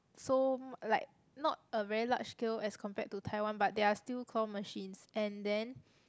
so like not a very large scale as compared to Taiwan but they are still claw machines and then